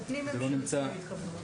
זה פנים ממשלתי אני מקווה.